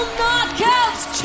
Knockouts